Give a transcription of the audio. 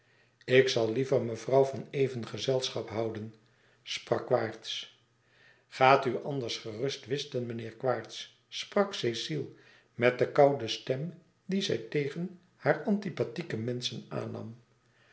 ik zal liever mevrouw van even gezelschap hoûen sprak quaerts gaat u anders gerust whisten meneer quaerts sprak cecile met de koude stem die zij tegen haar antipathieke menschen aannam